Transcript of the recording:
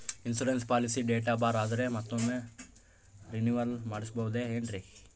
Insurance policy date ಬಾರ್ ಆದರೆ ಮತ್ತೊಮ್ಮೆ ರಿನಿವಲ್ ಮಾಡಿಸಬಹುದೇ ಏನ್ರಿ?